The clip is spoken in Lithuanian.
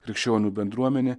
krikščionių bendruomenė